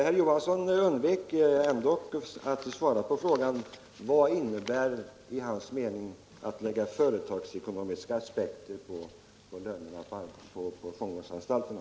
5 maj 1976 Herr Johansson undvek att svara på frågan vad det i hans mening i innebär att lägga företagsekonomiska aspekter på lönerna vid fångvårds — Anslag till kriminalanstalterna.